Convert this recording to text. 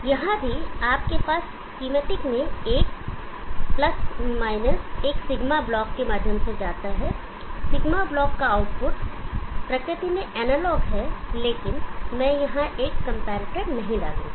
यहां भी आपके पास स्कीमेटिक में एक सिग्मा ब्लॉक के माध्यम से जाता है सिग्मा ब्लॉक का आउटपुट प्रकृति में एनालॉग है लेकिन मैं यहां एक कंपैरेटर नहीं डालूंगा